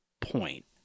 point